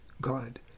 God